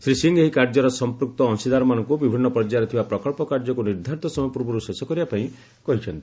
ଶ୍ରୀ ସିଂହ ଏହି କାର୍ଯ୍ୟରେ ସଂପୂକ୍ତ ଅଂଶୀଦାରମାନଙ୍କୁ ବିଭିନ୍ନ ପର୍ଯ୍ୟାୟରେ ଥିବା ପ୍ରକଳ୍ପ କାର୍ଯ୍ୟକୁ ନିର୍ଦ୍ଧାରିତ ସମୟ ପୂର୍ବରୁ ଶେଷ କରିବା ପାଇଁ କହିଛନ୍ତି